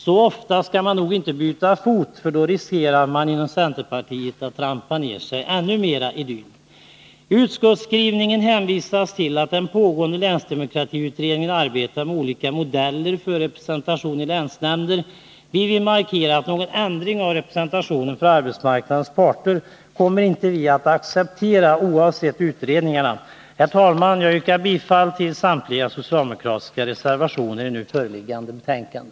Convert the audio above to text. Så ofta skall man nog inte byta fot, för då riskerar man inom centerpartiet att trampa ner sig ännu mera i dyn. I utskottsskrivningen hänvisas till att den pågående länsdemokratiutredningen arbetar med olika modeller för representation i länsnämnder. Vi vill markera att någon ändring av representationen för arbetsmarknadens parter kommer vi inte att acceptera, oavsett utredningar. Herr talman! Jag yrkar bifall till samtliga socialdemokratiska reservationer i nu föreliggande betänkande.